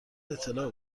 اطلاع